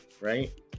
right